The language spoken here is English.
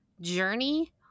journey